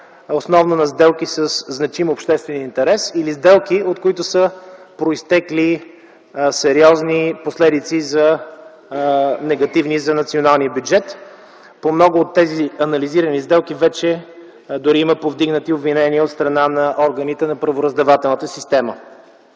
основно на сделки със значим обществен интерес или сделки, от които са произтекли сериозни последици, негативни за националния бюджет. По много от тези анализирани сделки вече дори има повдигнати обвинения от страна на органите на правораздавателната система.